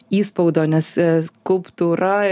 įspaudo nes skulptūra